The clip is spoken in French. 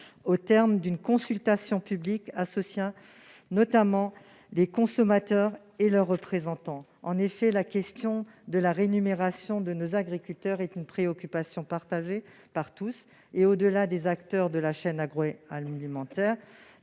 au terme d'une consultation publique associant notamment les consommateurs et leurs représentants. En effet, la question de la rémunération de nos agriculteurs est une préoccupation partagée par tous, au-delà des acteurs de la chaîne agroalimentaire